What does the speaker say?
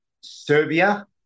Serbia